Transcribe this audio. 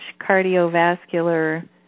cardiovascular